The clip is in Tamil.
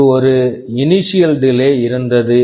அங்கு ஒரு இனிஷியல் டிலே initial delay இருந்தது